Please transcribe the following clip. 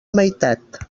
meitat